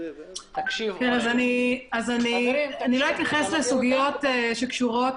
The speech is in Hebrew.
אני לא אתייחס לסוגיות שקשורות